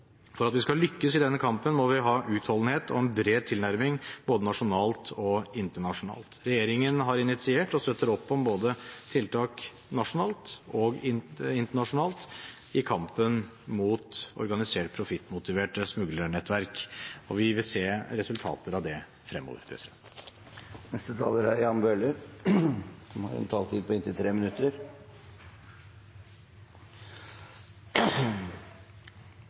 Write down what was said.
For at vi skal lykkes i denne kampen, må vi ha utholdenhet og en bred tilnærming både nasjonalt og internasjonalt. Regjeringen har initiert og støtter opp om tiltak både nasjonalt og internasjonalt i kampen mot organiserte profittmotiverte smuglernettverk. Vi vil se resultater av det fremover.